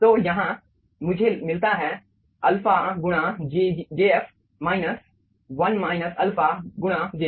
तो यहां मुझे मिलता है अल्फा गुणाjf माइनस 1 अल्फा गुणा jg